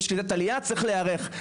יש קליטת עלייה וצריך להיערך,